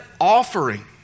offering